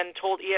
told